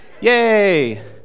Yay